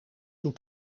toe